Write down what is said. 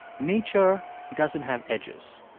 nature doesn't have edges.